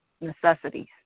Necessities